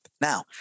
Now